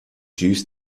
used